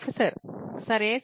professor సరే